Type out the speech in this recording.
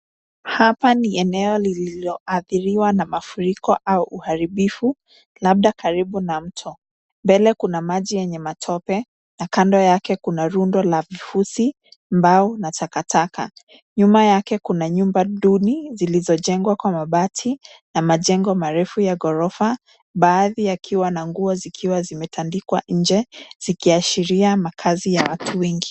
Hapa ni eneo lililoadhiriwa na mafuriko au uharibifu labda karibu na mto. Mbele kuna maji yenye matope na kando yake kuna rundo la vifusi, mbao na takataka. Nyuma yake kuna nyumba duni zilizojengwa kwa mabati na majengo marefu ya ghorofa. Baadhi yakiwa na nguo zikiwa zimetandikwa nje, zikiashiria makaazi ya watu wengi.